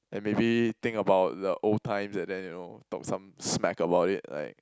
and maybe think about the old times and then you know talk some smack about it like